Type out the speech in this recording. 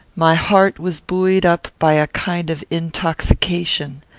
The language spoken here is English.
my heart was buoyed up by a kind of intoxication.